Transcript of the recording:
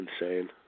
Insane